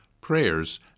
prayers